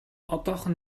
одоохон